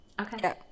okay